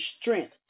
strength